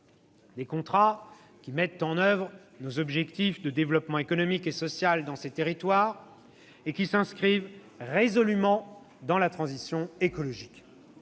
des contrats qui mettent en oeuvre nos objectifs de développement économique et social dans ces territoires et qui s'inscrivent résolument dans la transition écologique.